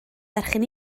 berchen